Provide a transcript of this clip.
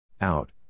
Out